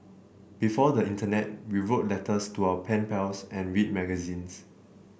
before the internet we wrote letters to our pen pals and read magazines